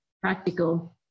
practical